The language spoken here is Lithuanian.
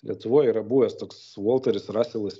lietuvoj yra buvęs toks volteris raselas